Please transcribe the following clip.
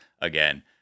again